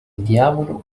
diavolo